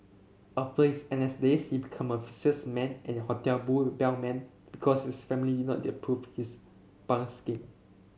after his N S days he became a salesman and hotel bull bellman because his family did not approve his